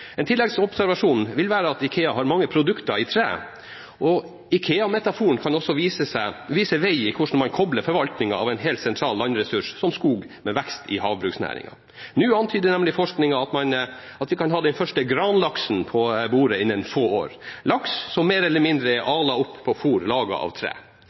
En tilleggsobservasjon vil være at IKEA har mange produkter i tre, og IKEA-metaforen kan også vise vei i hvordan man kobler forvaltningen av en helt sentral landressurs som skog, med vekst i havbruksnæringen. Nå antyder nemlig forskningen at vi kan ha den første «granlaksen» på bordet innen få år – laks som mer eller mindre er alet opp på fôr laget av tre.